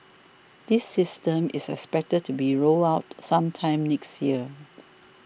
this system is expected to be rolled out sometime next year